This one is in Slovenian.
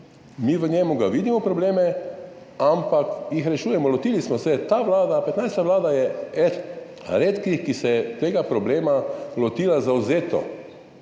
Mi v njem vidimo probleme, ampak jih rešujemo, lotili smo se. Ta vlada, petnajsta vlada, je ena redkih, ki se je tega problema lotila zavzeto.